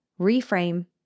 reframe